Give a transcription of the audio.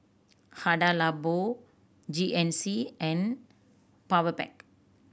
Hada Labo G N C and Powerpac